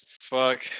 fuck